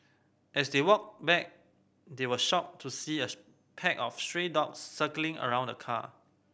as they walked back they were shocked to see a pack of stray dogs circling around the car